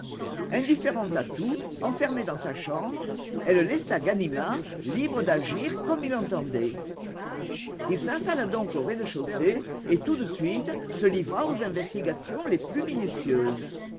indifférente à tout enfermée dans sa chambre elle laissa ganimard libre d'agir comme il l'entendait il s'installa donc au rez-de-chaussée et tout de suite se livra aux investigations les plus minutieuses